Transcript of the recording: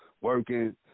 working